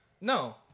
No